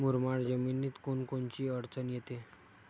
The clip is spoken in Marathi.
मुरमाड जमीनीत कोनकोनची अडचन येते?